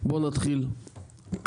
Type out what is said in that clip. בוא נתחיל,